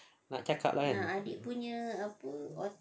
nak cakap kan